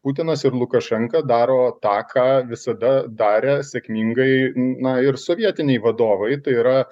putinas ir lukašenka daro tą ką visada darė sėkmingai na ir sovietiniai vadovai tai yra